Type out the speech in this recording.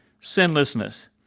sinlessness